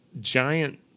giant